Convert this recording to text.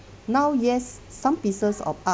now yes some pieces of art